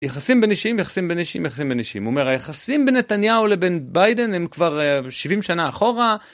יחסים בין אישים, יחסים בין אישים, יחסים בין אישים. אומר, היחסים בנתניהו לבין ביידן הם כבר 70 שנה אחורה.